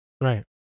right